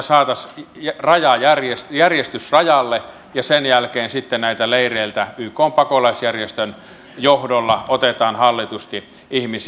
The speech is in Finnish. näin saadaan järjestys rajalle ja sen jälkeen sitten näiltä leireiltä ykn pakolaisjärjestön johdolla otetaan hallitusti ihmisiä